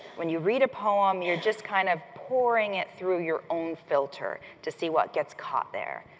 when you read a poem, you're just kind of pouring it through your own filter to see what gets caught there.